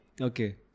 Okay